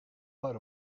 maar